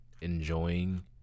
enjoying